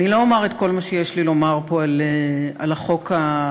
אני לא אומר את כל מה שיש לי לומר פה על החוק הרע,